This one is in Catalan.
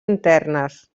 internes